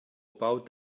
about